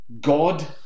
God